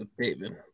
David